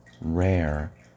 rare